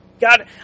God